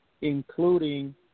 Including